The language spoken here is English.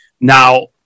Now